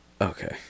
Okay